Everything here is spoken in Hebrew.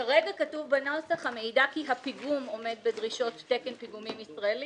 כרגע כתוב בנוסח: "המעידה כי הפיגום עומד בדרישות תקן פיגומים ישראלי".